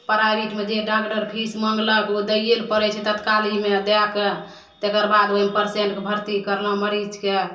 प्राइवेटमे जे doctor fees माँगलक ओ दैए ले पड़ै छै तत्कालीमे दैके तकर बाद ओहिमे पेशेन्टके भरती करलहुँ मरीजके